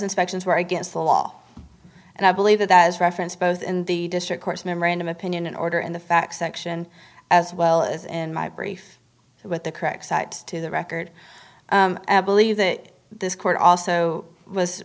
inspections were against the law and i believe that that is referenced both in the district court's memorandum opinion and order and the facts section as well as in my brief and with the correct cite to the record believe that this court also was